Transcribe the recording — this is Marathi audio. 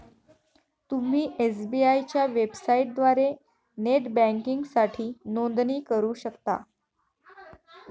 तुम्ही एस.बी.आय च्या वेबसाइटद्वारे नेट बँकिंगसाठी नोंदणी करू शकता